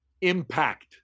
impact